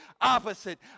opposite